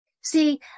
See